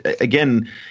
again